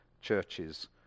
churches